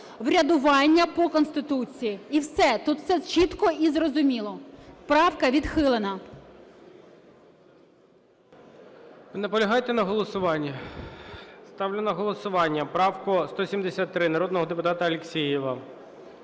врядування по Конституції. І все. Тут все чітко і зрозуміло. Правка відхилена.